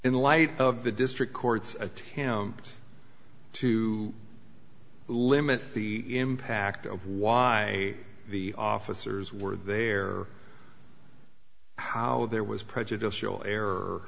in light of the district courts a to him to limit the impact of why the officers were there how there was prejudiced error